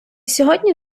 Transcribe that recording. сьогодні